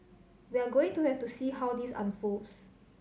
we're going to have to see how this unfolds